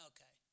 Okay